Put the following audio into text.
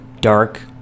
dark